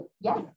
Yes